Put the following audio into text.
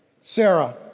Sarah